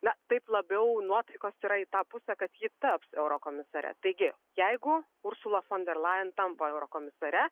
na taip labiau nuotaikos yra į tą pusę kad ji taps eurokomisare taigi jeigu usula fon der lajen tampa eurokomisare